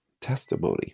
testimony